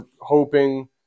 hoping